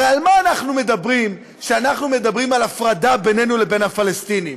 הרי על מה אנחנו מדברים כשאנחנו מדברים על הפרדה בינינו לבין הפלסטינים?